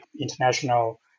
international